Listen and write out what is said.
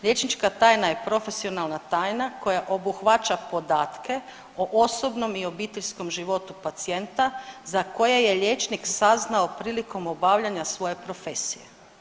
Liječnička tajna je profesionalna tajna koja obuhvaća podatke o osobnom i obiteljskom životu pacijenta za koje je liječnik saznao prilikom obavljanja svoje profesije.